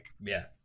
Yes